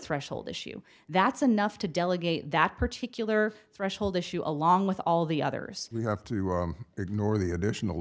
threshold issue that's enough to delegate that particular threshold issue along with all the others we have to ignore the additional